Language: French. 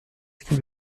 qui